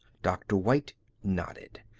dr. white nodded.